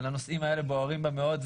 אבל הנושאים האלה בוערים בה מאוד.